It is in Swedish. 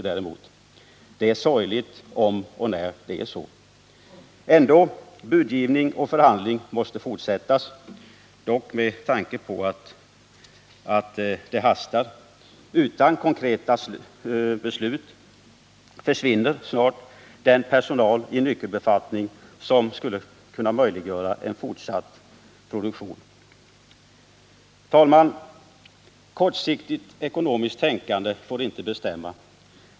Det är sorgligt om och när det är så. Trots allt: man måste fortsätta budgivning och förhandling. dock med tanke på att det hastar. Utan konkreta beslut försvinner snart den personal i nyckelbefattning som skulle kunna möjliggöra en fortsatt produktion. Fru talman! Kortsiktigt ekonomiskt tänkande får inte bestämma.